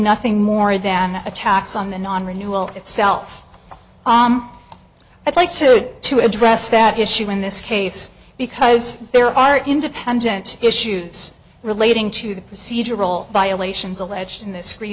nothing more than attacks on the non renewal itself i'd like to to address that issue in this case because there are independent issues relating to the procedural violations alleged in